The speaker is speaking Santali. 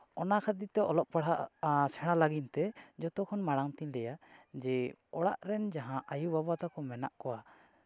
ᱚᱱᱟ ᱠᱷᱟᱹᱛᱤᱨ ᱛᱮ ᱚᱞᱚᱜ ᱯᱟᱲᱦᱟᱜ ᱥᱮᱬᱟ ᱞᱟᱹᱜᱤᱫ ᱛᱮ ᱡᱚᱛᱚᱠᱷᱚᱱ ᱢᱟᱲᱟᱝ ᱛᱤᱧ ᱞᱟᱹᱭᱟ ᱡᱮ ᱚᱲᱟᱜ ᱨᱮᱱ ᱡᱟᱦᱟᱸ ᱟᱹᱭᱩ ᱵᱟᱵᱟ ᱛᱟᱠᱚ ᱢᱮᱱᱟᱜ ᱠᱚᱣᱟ